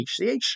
HCH